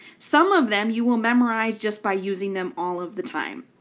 some of them you will memorize just by using them all of the time.